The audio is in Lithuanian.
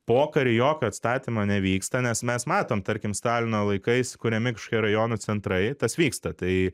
pokariu jokio atstatymo nevyksta nes mes matom tarkim stalino laikais kuriami kažkokie rajonų centrai tas vyksta tai